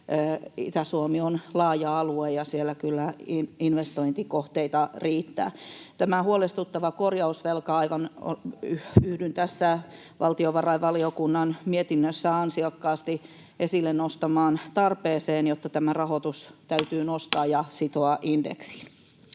Itä-Suomi on laaja alue, ja siellä kyllä investointikohteita riittää. Tästä huolestuttavasta korjausvelasta: yhdyn tähän valtiovarainvaliokunnan mietinnössään ansiokkaasti esille nostamaan tarpeeseen, että tämä rahoitus täytyy nostaa ja sitoa indeksiin.